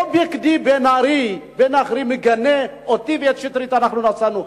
לא בכדי בן-ארי מגנה אותי ואת שטרית על שנסענו.